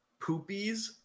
poopies